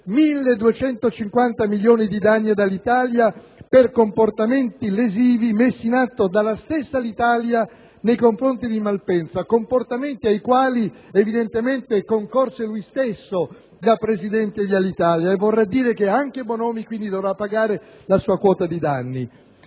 1.250 milioni di euro di danni all'Alitalia per comportamenti lesivi messi in atto dalla stessa compagnia nei confronti di Malpensa, comportamenti ai quali evidentemente ha concorso egli stesso da presidente dell'Alitalia; vorrà dire che anche Bonomi dovrà pagare la sua quota di danni.